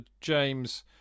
James